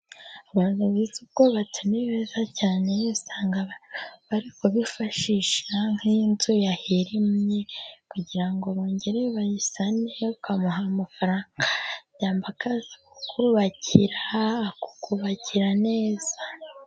Abantu bize ubwubatsi ni beza cyane， usanga bari kubifashisha nk'iyo inzu yahirimye， kugira ngo bongere bayisane，ukamuha amafaranga，akaza ku kubakira， akakubakira neza.